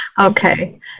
Okay